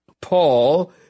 Paul